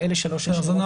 אלה שלוש השאלות.